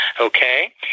Okay